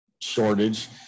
shortage